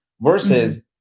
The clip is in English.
versus